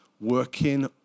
working